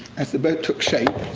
as the boat took shape,